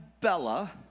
Bella